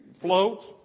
floats